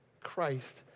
Christ